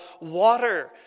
water